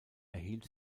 erhielt